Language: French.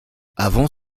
avant